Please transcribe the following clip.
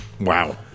Wow